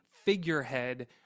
figurehead